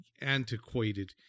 antiquated